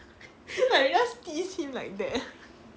I just tease him like that